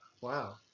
Wow